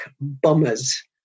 bombers